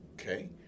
okay